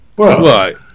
right